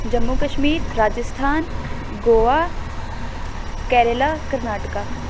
Jammu Kashmir Rajasthan Goa Kerala Karnataka